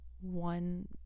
one